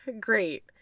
great